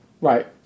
Right